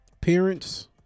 Parents